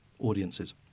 audiences